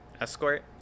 Escort